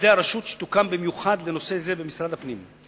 עובדי הרשות שתוקם במיוחד לנושא זה במשרד הפנים.